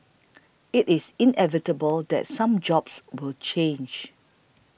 it is inevitable that some jobs will change